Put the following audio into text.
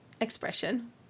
expression